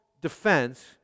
defense